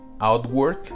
outward